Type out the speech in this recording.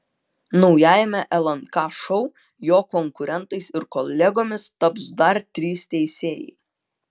naujajame lnk šou jo konkurentais ir kolegomis taps dar trys teisėjai